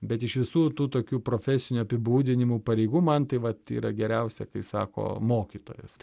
bet iš visų tų tokių profesinių apibūdinimų pareigų man tai vat yra geriausia kai sako mokytojas